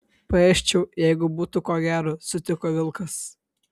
paėsčiau jeigu būtų ko gero sutiko vilkas